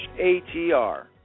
ATR